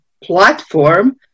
platform